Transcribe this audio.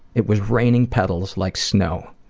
it was raining petals like snow.